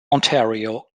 ontario